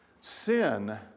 Sin